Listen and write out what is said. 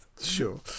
Sure